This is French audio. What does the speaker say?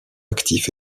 actif